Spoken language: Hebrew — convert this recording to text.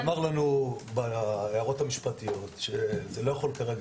נאמר לנו בהערות המשפטיות שזה לא יכול כרגע